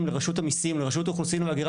לרשות המיסים ולרשות האוכלוסין וההגירה,